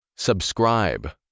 Subscribe